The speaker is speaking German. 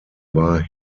war